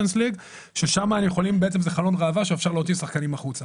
בעצם זה חלון ראווה שאפשר להוציא שחקנים החוצה.